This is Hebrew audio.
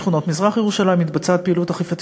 בשכונות מזרח-ירושלים מתבצעת פעילות אכיפה